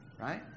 right